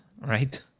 right